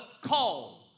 call